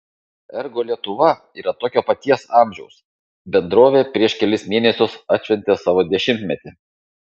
ergo lietuva yra tokio paties amžiaus bendrovė prieš kelis mėnesius atšventė savo dešimtmetį